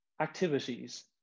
activities